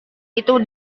itu